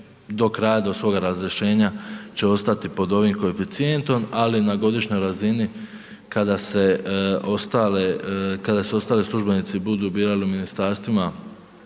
do kraja do svoga razrješenja će ostati pod ovim koeficijentom, ali na godišnjoj razini, kada se ostali, kada se ostali službenici, budu birali u ministarstvima